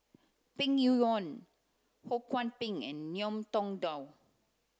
Peng Yuyun Ho Kwon Ping and Ngiam Tong Dow